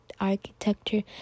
architecture